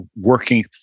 working